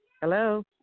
Hello